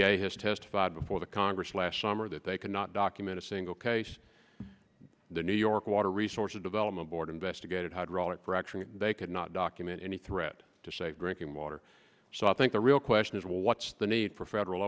a has testified before the congress last summer that they cannot document a single case the new york water resources development board investigated hydraulic fracturing they could not document any threat to safe drinking water so i think the real question is will what's the need for federal